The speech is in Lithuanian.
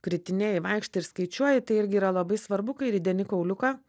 kritinėji vaikštai ir skaičiuoji tai irgi yra labai svarbu kai rideni kauliuką